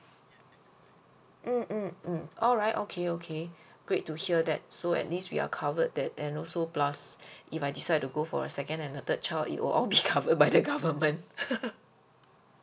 mm mm mm all right okay okay great to hear that so at least we are covered that and also plus if I decide to go for a second and a third child it will all be covered by the government